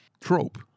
trope